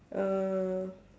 uh